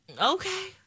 Okay